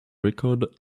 record